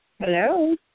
Hello